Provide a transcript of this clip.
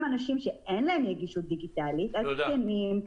אנשים שאין להם נגישות דיגיטלית הזקנים,